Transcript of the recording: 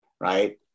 right